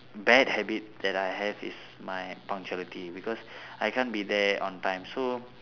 bad habit that I have is my punctuality because I can't be there on time so